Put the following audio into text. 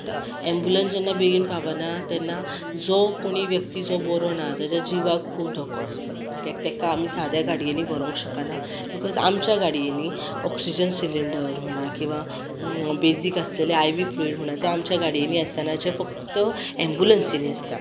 आतां अँबुलन्स जेन्ना बेगीन पावना तेन्ना जो कोणी व्यक्ती जो बरो ना ताच्या जिवाक खूब धोको आसता कित्याक ताका आमी सादे गाडयेनी व्हरूंक शकना बिकोज आमचे गाडयेनी ऑक्सीजन सिलींडर म्हणा किंवां बेजीक आसलेले आय व्ही फ्लुड म्हणा ते आमच्या गाडयेंनी आसना जे फक्त अँबुलेन्सीनी आसता